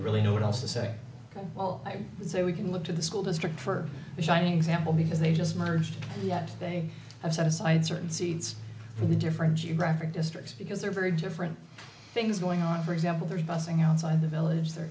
really know what else to say well i would say we can look to the school district for the shining example because they just merged yet they have set aside certain seats for the different geographic districts because they're very different things going on for example the bussing outside the village there